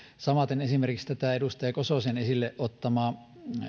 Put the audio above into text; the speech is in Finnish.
samaten esimerkiksi tätä edustaja kososen esille ottamaa